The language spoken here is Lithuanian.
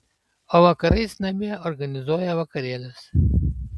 o vakarais namie organizuoja vakarėlius